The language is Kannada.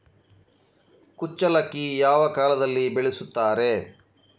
ಕುಚ್ಚಲಕ್ಕಿ ಯಾವ ಕಾಲದಲ್ಲಿ ಬೆಳೆಸುತ್ತಾರೆ?